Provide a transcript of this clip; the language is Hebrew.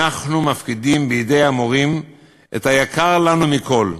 אנחנו מפקידים בידי המורים את היקר לנו מכול,